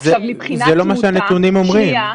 אבל זה לא מה שהנתונים אומרים.